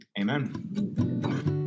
amen